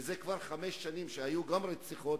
וזה כבר חמש שנים שהיו גם רציחות,